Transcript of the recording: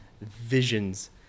visions